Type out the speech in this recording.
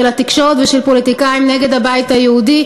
התקשורת ושל פוליטיקאים נגד הבית היהודי,